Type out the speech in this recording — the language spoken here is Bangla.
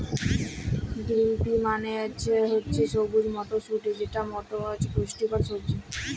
গিরিল পি মালে হছে সবুজ মটরশুঁটি যেট পুষ্টিকর সবজি